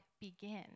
begin